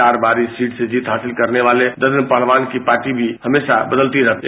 चार बार इस सीट से जीत हासिल करने वाले ददन पहलवान की पार्टियां भी हमेशा बदलती रही है